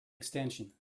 extension